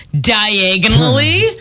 diagonally